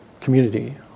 community